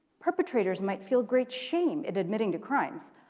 perpetrators might feel great shame at admitting to crimes.